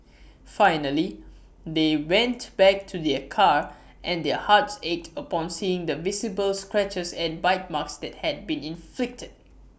finally they went back to their car and their hearts ached upon seeing the visible scratches and bite marks that had been inflicted